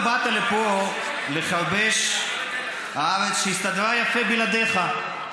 למה באת לפה, לחרבש את הארץ שהסתדרה יפה בלעדיך?